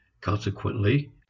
Consequently